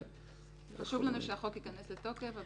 חשוב לנו שהחוק ייכנס לתוקף,